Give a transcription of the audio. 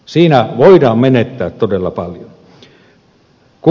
siinä voidaan menettää todella paljon